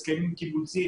הסכמים קיבוציים.